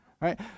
Right